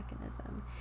mechanism